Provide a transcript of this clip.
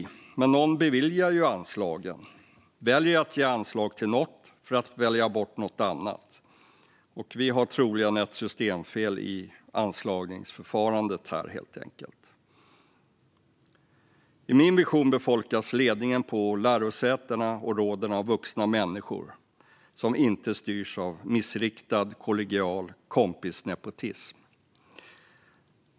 Men det är någon som beviljar anslagen och som väljer att ge anslag till något för att välja bort något annat. Vi har troligen ett systemfel i anslagsförfarandet helt enkelt. I min vision befolkas ledningen på lärosätena och råden av vuxna människor som inte styrs av missriktad kollegial kompisnepotism.